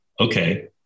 okay